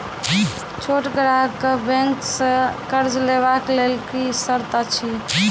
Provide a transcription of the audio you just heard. छोट ग्राहक कअ बैंक सऽ कर्ज लेवाक लेल की सर्त अछि?